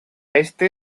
este